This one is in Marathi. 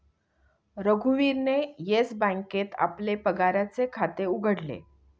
रघुवीरने येस बँकेत आपले पगाराचे खाते उघडले